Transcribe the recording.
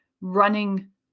running